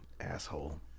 Asshole